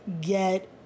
get